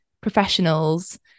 professionals